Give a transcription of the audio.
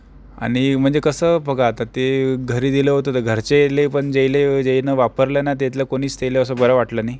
आणि म्हणजे कसं बघा आता ते घरी दिलं होतं तर घरचे ले पण जे ले जे न वापरलं ना त्यातल्या कोणीच त्यायलं असं बरं वाटलं नाही